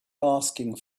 asking